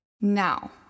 Now